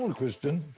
christian?